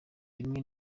rimwe